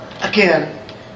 Again